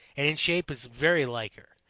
and in shape is very like her.